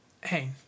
hey